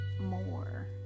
more